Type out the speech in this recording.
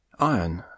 Iron